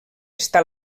està